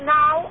now